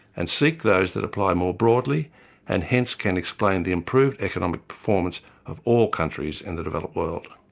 and seek those that apply more broadly and hence can explain the improved economic performance of all countries in the developed world.